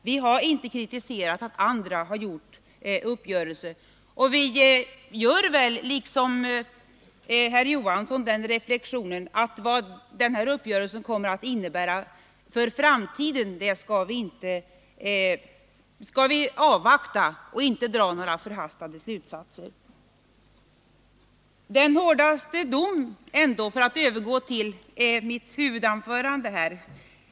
Jag har inte kritiserat att andra träffat uppgörelse, och vi gör, liksom herr Knut Johansson i Stockholm, den reflexionen att vi skall avvakta vad den uppgörelsen kommer att innebära för framtiden; vi skall inte dra några förhastade slutsatser. Jag övergår därmed till mitt huvudanförande.